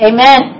Amen